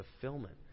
fulfillment